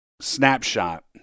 snapshot